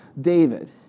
David